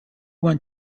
won